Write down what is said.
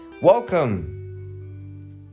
Welcome